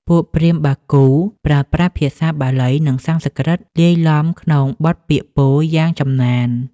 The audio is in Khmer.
ពួកព្រាហ្មណ៍បាគូប្រើប្រាស់ភាសាបាលី និងសំស្ក្រឹតលាយឡំក្នុងបទពាក្យពោលយ៉ាងចំណាន។